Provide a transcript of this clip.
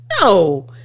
no